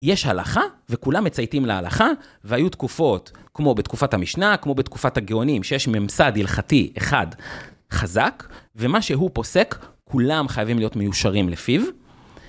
יש הלכה וכולם מצייתים להלכה והיו תקופות, כמו בתקופת המשנה, כמו בתקופת הגאונים, שיש ממסד הלכתי אחד חזק, ומה שהוא פוסק, כולם חייבים להיות מיושרים לפיו.